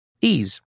Ease